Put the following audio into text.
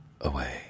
away